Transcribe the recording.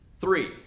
Three